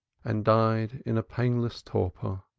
and died in a painless torpor.